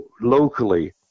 locally